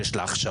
שיש לה הכשרות,